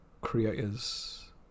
creator's